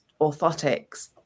orthotics